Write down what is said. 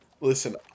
Listen